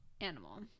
animal